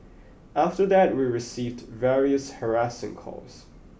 after that we received various harassing calls